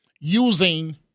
using